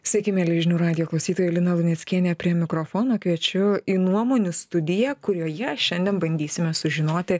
sveiki mieli žinių radijo klausytojai lina luneckienė prie mikrofono kviečiu į nuomonių studiją kurioje šiandien bandysime sužinoti